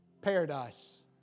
Paradise